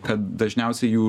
kad dažniausiai jų